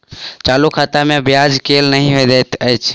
चालू खाता मे ब्याज केल नहि दैत अछि